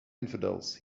infidels